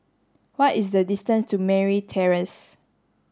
what is the distance to Merryn Terrace